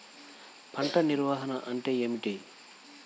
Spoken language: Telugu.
పంట నిర్వాహణ అంటే ఏమిటి?